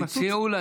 הם עשו צבא,